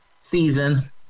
season